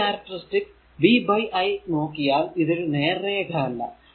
എന്നാൽ ഈ characteristics v by i നോക്കിയാൽ ഇതൊരു നേർ രേഖ അല്ല